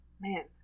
Man